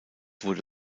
wurde